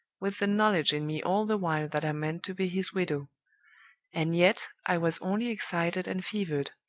with the knowledge in me all the while that i meant to be his widow and yet i was only excited and fevered.